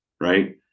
right